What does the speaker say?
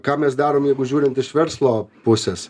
ką mes darome jeigu žiūrint iš verslo pusės